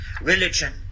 religion